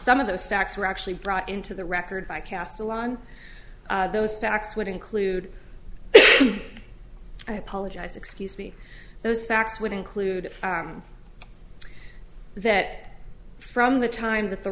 some of those facts were actually brought into the record by cast a lot on those facts would include i apologize excuse me those facts would include that from the time that the